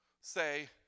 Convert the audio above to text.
say